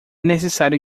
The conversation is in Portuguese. necessário